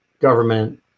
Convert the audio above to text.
government